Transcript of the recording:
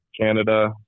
Canada